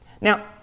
Now